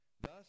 Thus